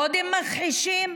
קודם מכחישים,